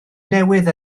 newydd